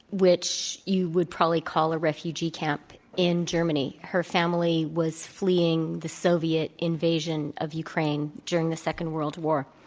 which you would probably call a refugee camp in germany. her family was fleeing the soviet invasion of ukraine during the second world war.